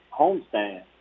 homestand